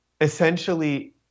essentially